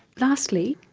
lastly,